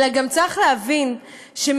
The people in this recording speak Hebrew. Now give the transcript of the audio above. אלא גם צריך להבין שמדובר